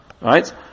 right